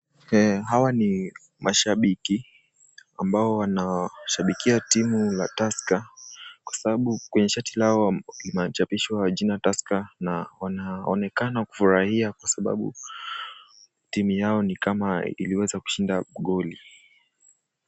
Hawa ni mashibiki ambao wanashabikia timu la tusker kwa sababu lao kwenye shati lao kumechapishwa jina tusker na wanaonekana kufurahia kwa sababu timu yao ni kama iliweza kushinda goli.